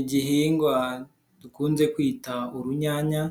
Igihingwa dukunze kwita urunyanya